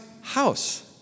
house